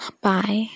bye